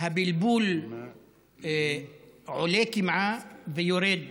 הבלבול עולה קמעה ויורד מדרגה,